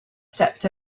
stepped